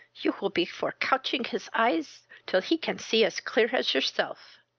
you will be for couching his eyes, till he can see as clear as yourself.